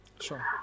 Sure